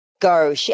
Go